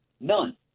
none